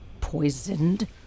Poisoned